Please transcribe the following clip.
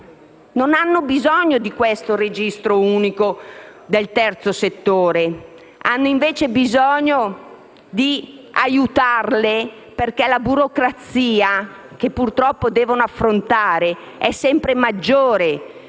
non hanno bisogno del registro unico del terzo settore, ma piuttosto di essere aiutate, perché la burocrazia che purtroppo devono affrontare è sempre maggiore.